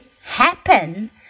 happen